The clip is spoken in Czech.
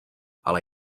ale